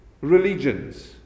religions